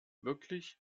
wirklich